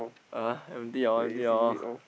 ah empty [liao] empty [liao]